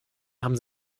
haben